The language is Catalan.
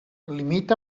limita